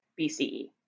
BCE